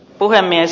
puhemies